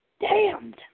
damned